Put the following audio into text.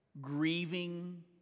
grieving